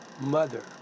mother